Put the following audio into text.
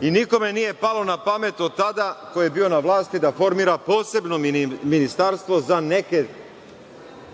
i nikome nije palo na pamet od tada ko je bio na vlasti da formira posebno ministarstvo za neke